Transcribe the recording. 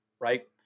right